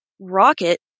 Rocket